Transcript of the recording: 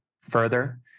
Further